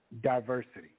diversity